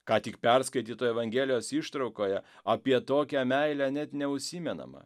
ką tik perskaitytoj evangelijos ištraukoje apie tokią meilę net neužsimenama